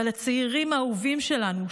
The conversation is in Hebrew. אבל הצעירים האהובים שלנו,